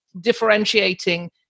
differentiating